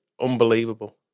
unbelievable